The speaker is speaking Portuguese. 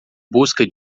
busca